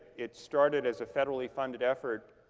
it started as a federally funded effort,